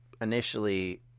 initially